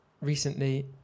recently